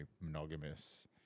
monogamous